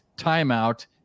timeout